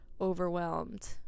overwhelmed